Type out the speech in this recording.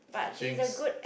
jinx